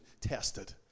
tested